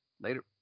Later